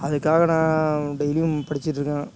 அதுக்காக நான் டெய்லியும் படிச்சிகிட்ருக்கேன்